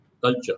culture